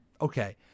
okay